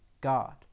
god